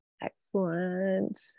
excellent